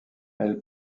elle